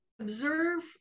observe